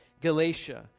Galatia